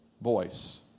voice